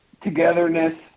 togetherness